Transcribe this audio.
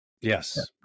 Yes